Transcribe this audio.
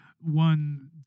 one